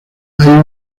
hay